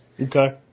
Okay